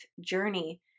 journey